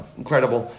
incredible